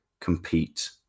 compete